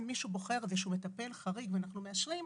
הם אם מישהו בוחר במטפל חריג ואנחנו מאשרים.